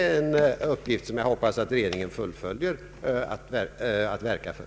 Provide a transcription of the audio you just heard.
Det är en uppgift som jag hoppas att regeringen fullföljer.